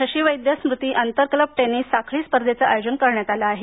शशी वैद्य स्मृती आंतरक्लब टेनिस साखळी स्पर्धेंचं आयोजन करण्यात आलं आहे